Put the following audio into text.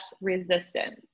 resistance